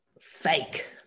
fake